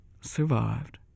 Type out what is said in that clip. survived